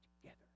together